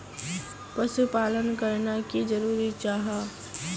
पशुपालन करना की जरूरी जाहा?